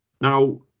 Now